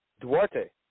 Duarte